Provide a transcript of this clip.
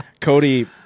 Cody